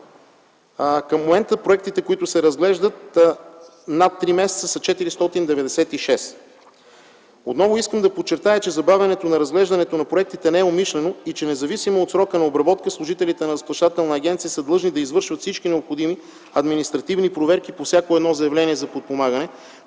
Към момента проектите, които се разглеждат над 3 месеца, са 496. Отново искам да подчертая, че забавянето на разглеждането на проектите не е умишлено и независимо от срока на обработка служителите на Разплащателната агенция са длъжни да извършват всички необходими административни проверки по всяко заявление за подпомагане,